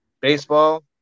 Baseball